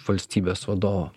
valstybės vadovą